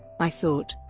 i thought,